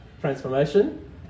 transformation